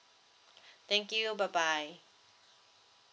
thank you bye bye